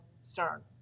concern